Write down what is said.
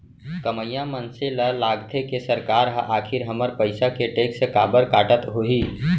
कमइया मनसे ल लागथे के सरकार ह आखिर हमर पइसा के टेक्स काबर काटत होही